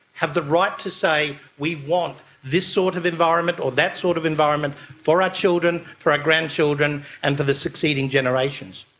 have the right to say we want to this sort of environment or that sort of environment for our children, for our grandchildren and for the succeeding generations.